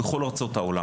בכל ארצות העולם.